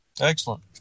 Excellent